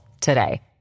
today